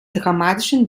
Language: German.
dramatischen